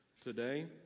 today